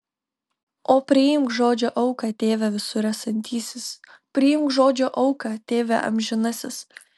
o priimk žodžio auką tėve visur esantysis priimk žodžio auką tėve amžinasis